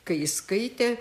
kai jis skaitė